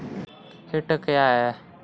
कीट क्या है?